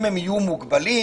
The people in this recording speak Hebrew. אם הם יהיו מוגבלים,